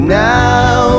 now